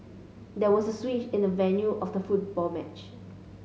there was a switch in the venue of the football match